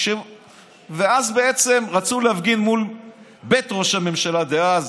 אז בעצם רצו להפגין מול בית ראש הממשלה דאז